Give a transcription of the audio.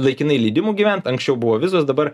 laikinai leidimų gyvent anksčiau buvo vizos dabar